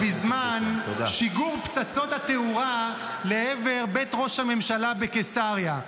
שבזמן שיגור פצצות התאורה לעבר בית ראש הממשלה בקיסריה,